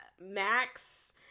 max